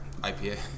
IPA